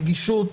נגישות